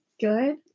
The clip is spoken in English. Good